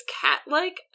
cat-like